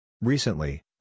Recently